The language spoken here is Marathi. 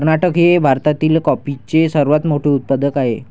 कर्नाटक हे भारतातील कॉफीचे सर्वात मोठे उत्पादक आहे